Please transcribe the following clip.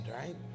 right